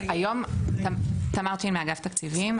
תמר צ'ין מאגף תקציבים.